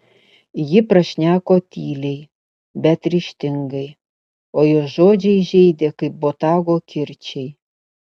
ji prašneko tyliai bet ryžtingai o jos žodžiai žeidė kaip botago kirčiai